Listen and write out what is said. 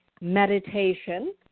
meditation